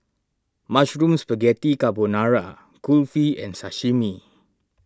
Mushroom Spaghetti Carbonara Kulfi and Sashimi